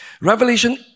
Revelation